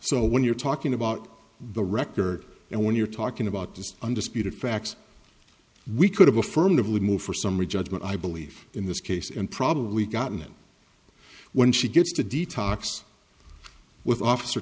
so when you're talking about the record and when you're talking about these undisputed facts we could have affirmatively move for summary judgment i believe in this case and probably gotten it when she gets to detox with officer